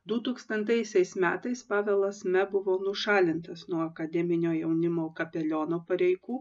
dutūkstantaisiais metais pavelas me buvo nušalintas nuo akademinio jaunimo kapeliono pareigų